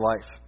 life